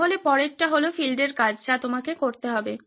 সুতরাং পরেরটি হল ফিল্ডের কাজ যা তোমাকে করতে হবে